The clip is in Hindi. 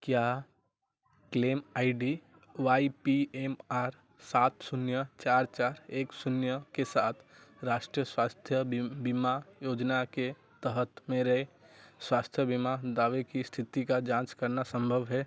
क्या claim I D Y P M R सात शून्य चार चार एक शून्य के साथ राष्ट्रीय स्वास्थ्य बी बीमा योजना के तहत मेरे स्वास्थ्य बीमा दावे की स्थिति की जाँच करना संभव है